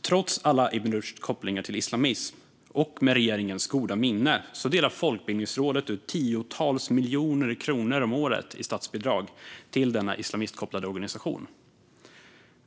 Trots alla Ibn Rushds kopplingar till islamism - och med regeringens goda minne - delar Folkbildningsrådet ut tiotals miljoner kronor om året i statsbidrag till denna islamistkopplade organisation.